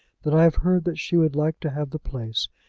that i have heard that she would like to have the place,